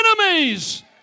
enemies